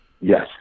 Yes